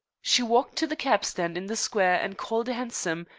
she walked to the cabstand in the square and called a hansom,